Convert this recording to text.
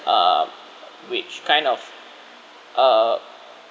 um which kind of uh